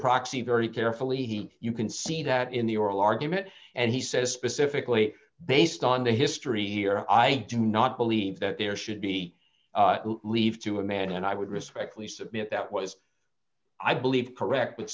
proxy very carefully he you can see that in the oral argument and he says specifically based on the history here i do not believe that there should be leave to a man and i would respectfully submit that was i believe correct but